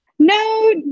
No